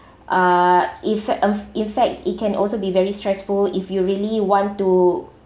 uh effect of in fact it can also be very stressful if you really want to